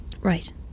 Right